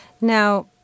Now